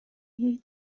jej